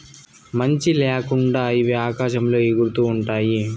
మంచి ల్యాకుండా ఇవి ఆకాశంలో ఎగురుతూ ఉంటాయి